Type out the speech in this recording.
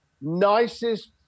nicest